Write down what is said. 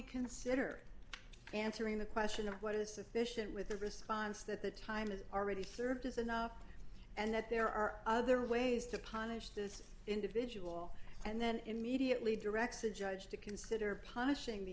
consider answering the question of what is sufficient with the response that the time has already served as an up and that there are other ways to punish this individual and then immediately directs the judge to consider punishing the